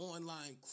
Online